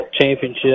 Championship